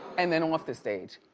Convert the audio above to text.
and then off the stage.